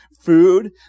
food